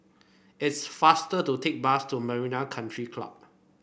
it's faster to take bus to Marina Country Club